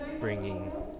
bringing